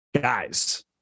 guys